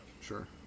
sure